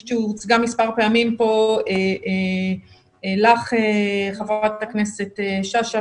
הוצגה מספר פעמים פה לך, חברת הכנסת שאשא ביטון,